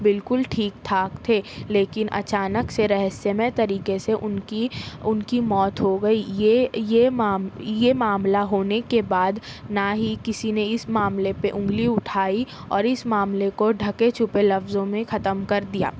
بالکل ٹھیک ٹھاک تھے لیکن اچانک سے رہسیہ مے طریقے سے ان کی ان کی موت ہو گئی یہ یہ یہ معام یہ معاملہ ہونے کے بعد نہ ہی کسی نے اس معاملے پہ انگلی اٹھائی اور اس معاملے کو ڈھکے چھپے لفظوں میں ختم کر دیا